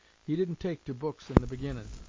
he didn't take to books in the beginnin'.